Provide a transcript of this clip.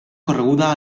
correguda